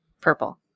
Purple